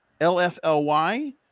LFLY